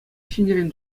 ҫӗнӗрен